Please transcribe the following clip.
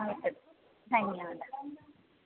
आ धन्यवादः